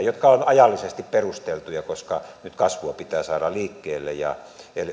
jotka ovat ajallisesti perusteltuja koska nyt kasvua pitää saada liikkeelle ja